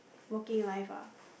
working life ah